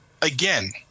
again